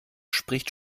spricht